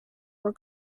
were